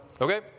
okay